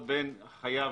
של החייב